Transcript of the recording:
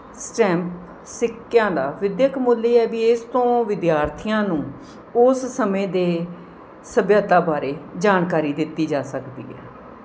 stamp ਸਿੱਕਿਆਂ ਦਾ ਵਿੱਦਿਅਕ ਮੁੱਲ ਇਹ ਹੈ ਵੀ ਇਸ ਤੋਂ ਵਿਦਿਆਰਥੀਆਂ ਨੂੰ ਉਸ ਸਮੇਂ ਦੇ ਸੱਭਿਅਤਾ ਬਾਰੇ ਜਾਣਕਾਰੀ ਦਿੱਤੀ ਜਾ ਸਕਦੀ ਹੈ